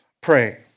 pray